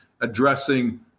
addressing